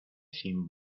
sin